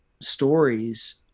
stories